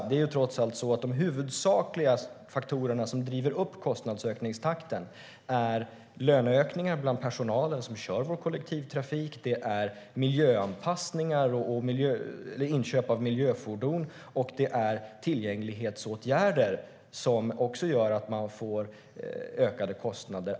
Det är trots allt så att de huvudsakliga faktorerna som driver upp kostnadsökningstakten är löneökningen bland personalen som kör vår kollektivtrafik, miljöanpassningar och inköp av miljöfordon samt tillgänglighetsåtgärder.